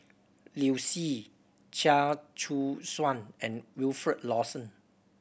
Liu Si Chia Choo Suan and Wilfed Lawson